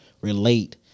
relate